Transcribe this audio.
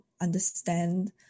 understand